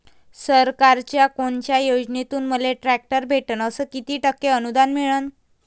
सरकारच्या कोनत्या योजनेतून मले ट्रॅक्टर भेटन अस किती टक्के अनुदान मिळन?